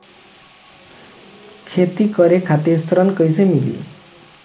खेती करे खातिर ऋण कइसे मिली?